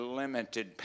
limited